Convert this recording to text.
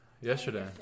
yesterday